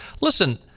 Listen